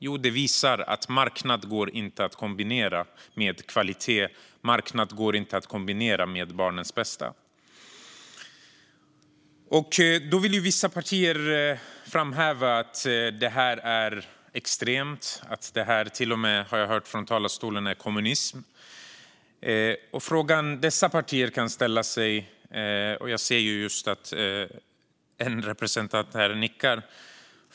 Jo, det visar att marknad inte går att kombinera med kvalitet och att marknad inte går att kombinera med barnens bästa. Då vill vissa partier framhäva att det här är extremt. Det är till och med kommunism, har jag hört från talarstolen. Jag ser att en representant här i kammaren nickar.